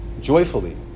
joyfully